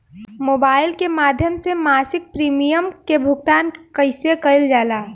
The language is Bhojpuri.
मोबाइल के माध्यम से मासिक प्रीमियम के भुगतान कैसे कइल जाला?